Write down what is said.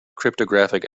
cryptographic